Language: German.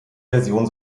version